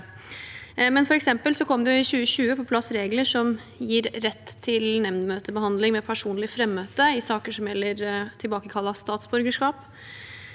For eksempel kom det i 2020 på plass regler som gir rett til nemndmøtebehandling ved personlig frammøte i saker som gjelder tilbakekall av statsborgerskap.